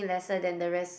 lesser than the rest